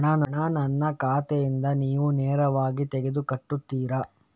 ಹಣ ನನ್ನ ಖಾತೆಯಿಂದ ನೀವು ನೇರವಾಗಿ ತೆಗೆದು ಕಟ್ಟುತ್ತೀರ?